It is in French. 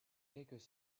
quelques